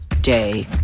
day